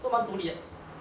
都蛮独立的